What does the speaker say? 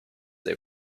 they